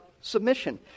submission